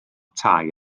tai